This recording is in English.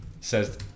says